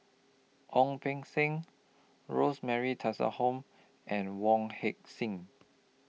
Ong Beng Seng Rosemary Tessensohn and Wong Heck Sing